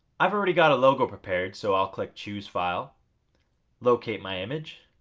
i've already got a logo prepared so i'll click choose file locate my image,